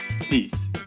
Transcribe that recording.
Peace